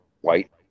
white